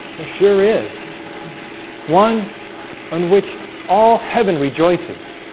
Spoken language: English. there sure is one on which all heaven rejoices